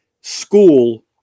School